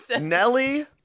Nelly